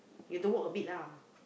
you have to walk a bit lah